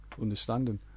understanding